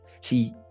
see